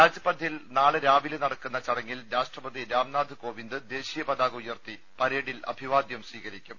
രാജ്പഥിൽ നാളെ രാവിലെ നടക്കുന്ന ചടങ്ങിൽ രാഷ്ട്രപതി രാംനാഥ് കോവിന്ദ് ദേശീയപതാക ഉയർത്തി പരേഡിൽ അഭിവാദ്യം സ്വീകരിക്കും